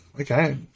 okay